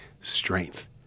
strength